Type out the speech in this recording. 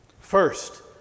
First